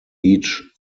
each